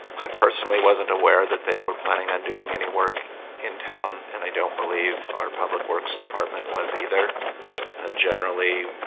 i personally wasn't aware that they were planning on doing any work in town and i don't believe our public works department was either ah generally,